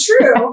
true